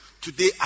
Today